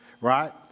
right